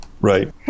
Right